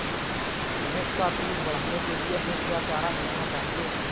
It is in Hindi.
भैंस का दूध बढ़ाने के लिए हमें क्या चारा खिलाना चाहिए?